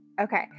Okay